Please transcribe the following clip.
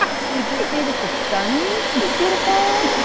to just say that the sun is beautiful.